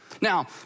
Now